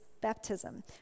baptism